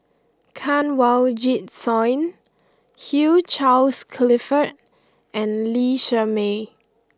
Kanwaljit Soin Hugh Charles Clifford and Lee Shermay